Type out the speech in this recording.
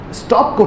stop